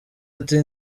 ati